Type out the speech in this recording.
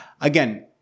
Again